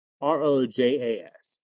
R-O-J-A-S